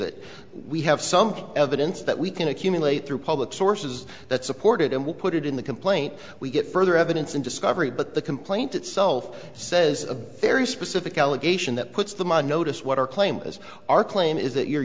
that we have some evidence that we can accumulate through public sources that supported and we put it in the complaint we get further evidence in discovery but the complaint itself says a very specific allegation that puts them on notice what our claim is our claim is that you're